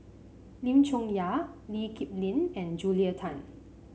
Lim Chong Yah Lee Kip Lin and Julia Tan